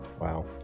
Wow